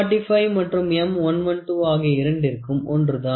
M 45 மற்றும் M 112 ஆகிய இரண்டிற்கும் ஒன்றுதான்